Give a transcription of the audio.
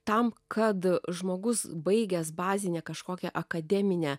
tam kad žmogus baigęs bazinę kažkokią akademinę